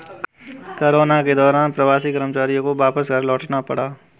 corona के दौरान प्रवासी कर्मचारियों को वापस घर लौटना पड़ा